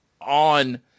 on